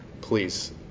Please